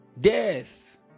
Death